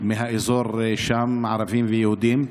מהאזור שם, ערבים ויהודים.